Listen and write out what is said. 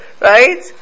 Right